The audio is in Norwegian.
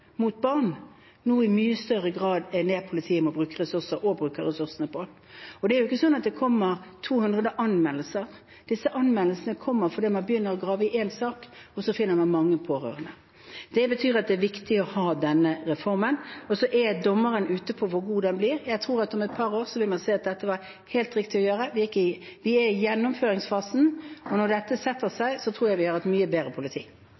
mot barn, nå i mye større grad er noe politiet må bruke ressurser og bruker ressursene på. Det er jo ikke slik at det kommer 200 anmeldelser. Disse anmeldelsene kommer fordi man begynner å grave i én sak, og så finner man mange pårørende. Det betyr at denne reformen er viktig. Dommeren vil vise hvor god den blir. Jeg tror at om et par år vil man se at dette var helt riktig å gjøre. Vi er i gjennomføringsfasen. Når dette setter seg, tror jeg vi har et mye bedre politi.